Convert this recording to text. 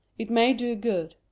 it may do good.